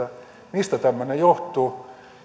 mistä tämmöinen johtuu